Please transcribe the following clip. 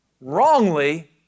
Wrongly